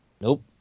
Nope